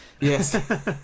Yes